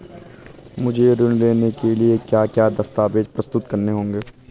मुझे ऋण लेने के लिए क्या क्या दस्तावेज़ प्रस्तुत करने होंगे?